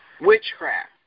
witchcraft